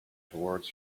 towards